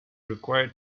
required